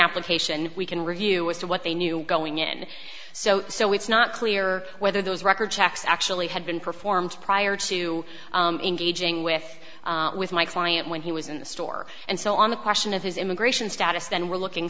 application we can review as to what they knew going in so so it's not clear whether those record checks actually had been performed prior to engaging with with my client when he was in the store and so on the question of his immigration status then we're looking